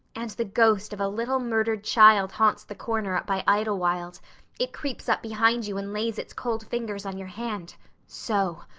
and the ghost of a little murdered child haunts the corner up by idlewild it creeps up behind you and lays its cold fingers on your hand so.